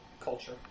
culture